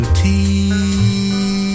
tea